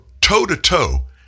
toe-to-toe